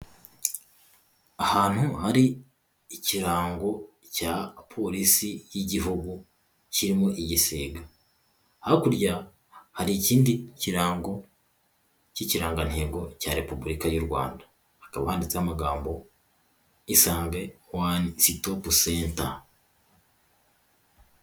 Ahantu hari ikirango cya polisi y'igihugu kirimo igisiga, hakurya har’ikindi kirango cy'ikirangantego cya Repubulika y'U Rwanda hakaba handitseho amagambo Isange one stop center.